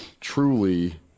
truly